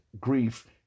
grief